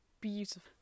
beautiful